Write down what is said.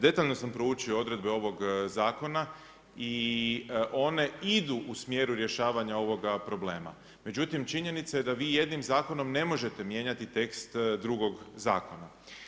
Detaljno sam proučio odredbe ovog zakona i one idu u smjeru rješavanja ovoga problema, međutim činjenica je da vi jednim zakonom ne možete mijenjati tekst drugog zakona.